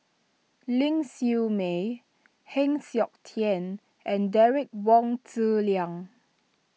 Ling Siew May Heng Siok Tian and Derek Wong Zi Liang